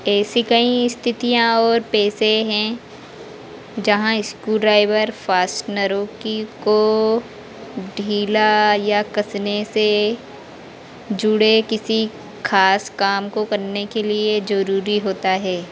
ऐसी कई स्थितियाँ और पेशे हैं जहाँ स्क्रू ड्राइवर फ़ास्नरों की को ढीला या कसने से जुड़े किसी खास काम को करने के लिए ज़रूरी होता है